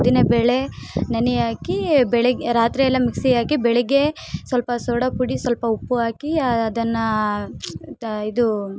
ಉದ್ದಿನಬೇಳೆ ನೆನೆ ಹಾಕೀ ಬೆಳಗ್ಗೆ ರಾತ್ರಿಯೆಲ್ಲ ಮಿಕ್ಸಿ ಹಾಕಿ ಬೆಳಗ್ಗೆ ಸ್ವಲ್ಪ ಸೋಡಾ ಪುಡಿ ಸ್ವಲ್ಪ ಉಪ್ಪು ಹಾಕಿ ಅದನ್ನು ದ ಇದು